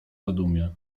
zadumie